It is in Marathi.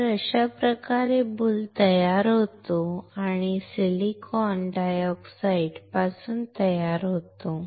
तर अशा प्रकारे बुल तयार होतो किंवा सिलिकॉन डायऑक्साइडपासून तयार होतो